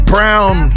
Brown